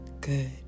Good